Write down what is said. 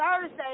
Thursday